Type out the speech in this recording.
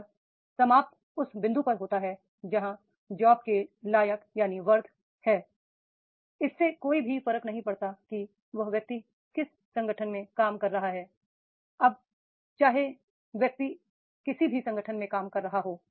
और समाप्त उस बिंदु पर होता है जहां जॉब के लायक है इससे कोई भी फर्क नहीं पड़ता कि वह व्यक्ति किस संगठन में काम कर रहा है अब चाहे व्यक्ति किसी भी संगठन में काम कर रहा हो